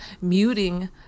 muting